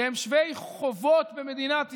שהם שווי חובות במדינת ישראל,